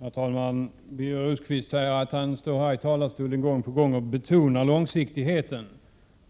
Herr talman! Birger Rosqvist säger att han står i talarstolen gång på gång och betonar långsiktigheten.